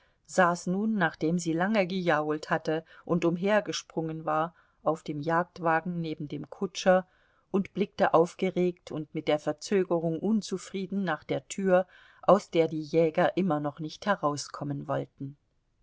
saß nun nachdem sie lange gejault hatte und umhergesprungen war auf dem jagdwagen neben dem kutscher und blickte aufgeregt und mit der verzögerung unzufrieden nach der tür aus der die jäger immer noch nicht herauskommen wollten